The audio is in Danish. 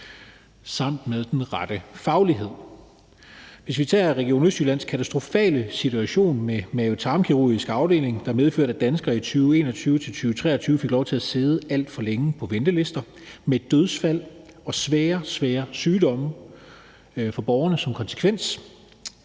samt med den rette faglighed. Hvis vi tager Region Midtjyllands katastrofale situation på en mave- og tarmkirurgisk afdeling, der medførte, at danskere i 2021-2023 fik lov til at stå alt for længe på ventelister med dødsfald og svære, svære sygdomme for borgerne som konsekvens,